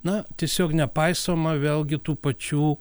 na tiesiog nepaisoma vėlgi tų pačių